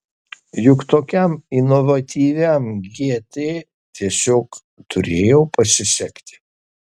juk tokiam inovatyviam gt tiesiog turėjo pasisekti